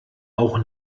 auch